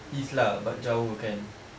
east lah but jauh kan